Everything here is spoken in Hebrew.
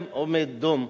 כל העולם עומד דום.